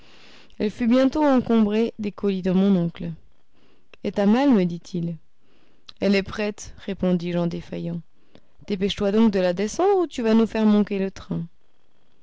elle fut bientôt encombrée des colis de mon oncle et ta malle me dit-il elle est prête répondis-je en défaillant dépêche-toi donc de la descendre ou tu vas nous faire manquer le train